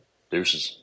Deuces